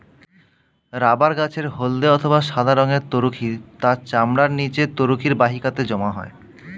rubber গাছের হল্দে অথবা সাদা রঙের তরুক্ষীর তার চামড়ার নিচে তরুক্ষীর বাহিকাতে জমা হয়